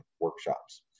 workshops